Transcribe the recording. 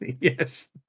Yes